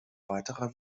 weiterer